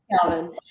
Calvin